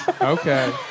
Okay